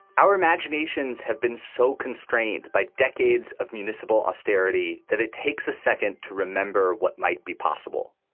our imaginations have been so constrained by decades of municipal austerity that it takes a second to remember what might be possible.